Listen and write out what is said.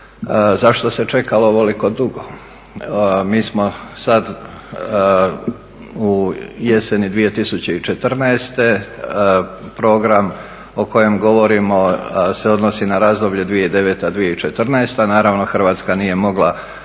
zašto se čekalo ovoliko dugo? Mi smo sad u jeseni 2014., program o kojem govorimo se odnosi na razdoblje 2009.-2014., naravno Hrvatska nije mogla